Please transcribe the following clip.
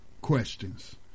questions